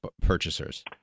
purchasers